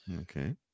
Okay